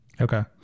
Okay